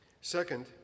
second